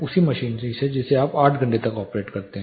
उसी मशीनरी से जिसे आप 8 घंटे तक ऑपरेट करते हैं